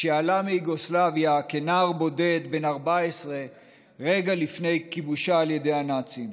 כשעלה מיוגוסלביה כנער בודד בן 14 רגע לפני כיבושה על ידי הנאצים.